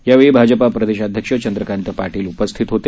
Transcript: यावेळी भाजपा प्रदेशाध्यक्ष चंद्रकांत पाटील उपस्थित होते